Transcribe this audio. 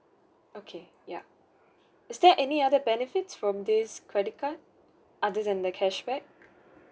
okay ya is there any other benefits from this credit card other than the cashback